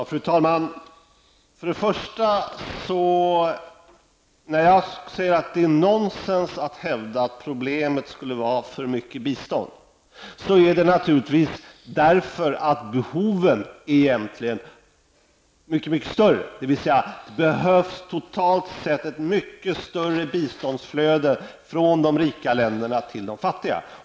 Fru talman! När jag säger att det är nonsens att hävda att problemet skulle vara för mycket bistånd är det naturligtvis därför att behoven egentligen är mycket större, dvs. att det totalt sett behövs ett mycket större biståndsflöde från de rika länderna till de fattiga.